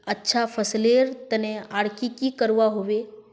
अच्छा फसलेर तने आर की की करवा होबे?